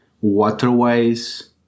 waterways